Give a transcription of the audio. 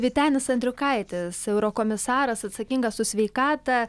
vytenis andriukaitis eurokomisaras atsakingas už sveikatą